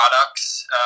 products